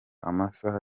amasaha